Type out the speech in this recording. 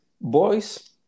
boys